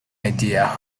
idea